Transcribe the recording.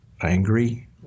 angry